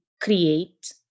create